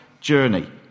journey